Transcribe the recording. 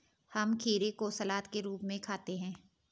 हम खीरे को सलाद के रूप में खाते हैं